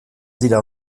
dira